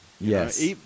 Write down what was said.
Yes